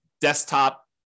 desktop